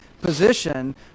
position